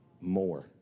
more